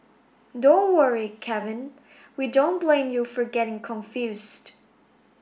don't worry Kevin we don't blame you for getting confused